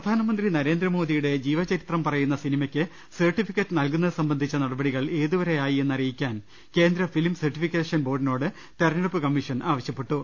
പ്രധാനമന്ത്രി നരേന്ദ്രമോദിയുടെ ജീവചരിത്രം പറയുന്ന സിനിമയ്ക്ക് സർടിഫിക്കറ്റ് നൽകുന്നത് സംബന്ധിച്ച് നടപടികൾ ഏതുവരെ ആയി യെന്ന് അറിയിക്കാൻ കേന്ദ്ര ഫിലിം സർടിഫിക്കേഷൻ ബോർഡിനോട് തെരഞ്ഞെടുപ്പ് കമ്മീഷൻ ആവശ്യപ്പെട്ടു